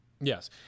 Yes